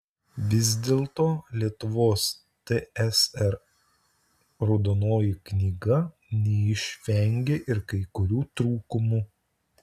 vis dėlto lietuvos tsr raudonoji knyga neišvengė ir kai kurių trūkumų